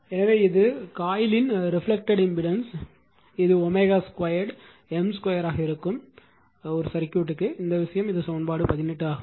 எனவே இது காயிலின் ரிஃப்லெக்ட்டேட் இம்பிடான்ஸ் இது ஸ்கொயர் M ஸ்கொயர் இருக்கும் சர்க்யூட் ன் இந்த விஷயம் இது சமன்பாடு 18 ஆகும்